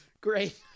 Great